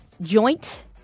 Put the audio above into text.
Joint